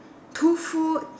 two food